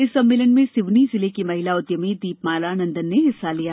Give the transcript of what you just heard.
इस सम्मलेन में सिवनी जिले की महिला उद्यमी दीपमाला नंदन ने हिस्सा लिया